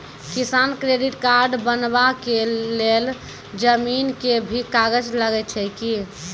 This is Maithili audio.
किसान क्रेडिट कार्ड बनबा के लेल जमीन के भी कागज लागै छै कि?